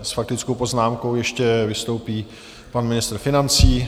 S faktickou poznámkou ještě vystoupí pan ministr financí.